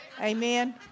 Amen